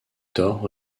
thor